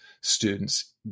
students